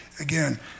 again